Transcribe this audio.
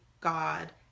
God